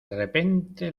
repente